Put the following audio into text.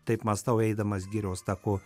taip mąstau eidamas girios taku